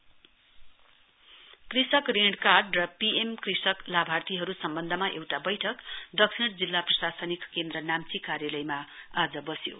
KCC Namchi कृषक ऋण card र पिएम कृषक लाभार्थीहरू सम्वन्धमा एउटा बैठक दक्षिण जिल्ला प्रशासनिक केन्द्र नाम्ची कार्यालयमा आज बस्यो